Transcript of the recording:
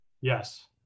Yes